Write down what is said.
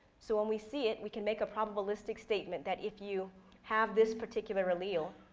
so when we see it, we can make a probablamistic statement that if you have this particular allele,